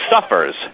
suffers